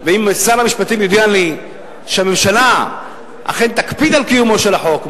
אם שר המשפטים יודיע לי שהממשלה אכן תקפיד על קיומו של החוק,